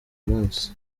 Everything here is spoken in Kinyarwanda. munsi